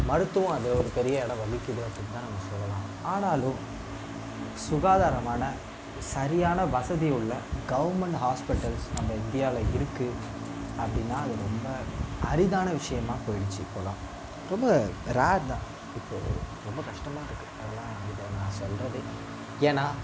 மருத்துவம் அது ஒரு பெரிய இடம் வகிக்குது அப்படின்னுதான் நம்ம சொல்லலாம் ஆனாலும் சுகாதாரமான சரியான வசதி உள்ள கவுர்மென்ட் ஹாஸ்பிட்டல்ஸ் நம்ம இந்தியாவில் இருக்கு அப்படின்னா அது ரொம்ப அரிதான விஷயமா போய்டுச்சு இப்போல்லாம் ரொம்ப ரேர் தான் இப்போது ரொம்ப கஷ்டமாக இருக்கு அதெல்லாம் சொல்கிறதே ஏன்னா